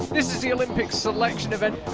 this is the olympic selection event.